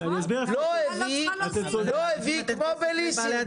אם לא הביא כמו בליסינג.